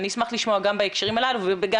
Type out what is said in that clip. אני אשמח לשמוע גם בהקשרים הללו וגם